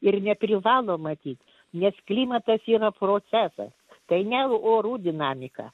ir neprivalo matyt nes klimatas yra procesas tai ne orų dinamika